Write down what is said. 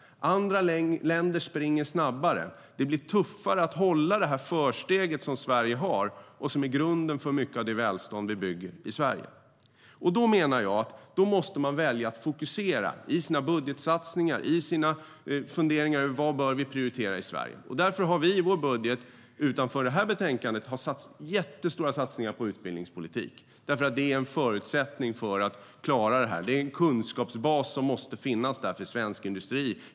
Andra länder springer snabbare. Det blir tuffare att behålla försprånget som Sverige har och som är grunden för mycket av det välstånd vi bygger i Sverige.Då menar jag att man måste välja att fokusera i sina budgetsatsningar och i sina funderingar över vad vi bör prioritera i Sverige. Därför har vi i vår budget utanför det här betänkandet gjort jättestora satsningar på utbildningspolitik eftersom det är en förutsättning för att klara det här. Det är en kunskapsbas som måste finnas där för svensk industri.